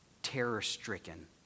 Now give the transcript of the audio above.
terror-stricken